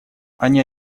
они